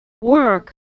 Work